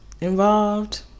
involved